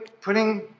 putting